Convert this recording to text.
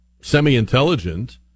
semi-intelligent